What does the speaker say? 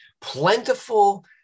plentiful